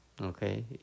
Okay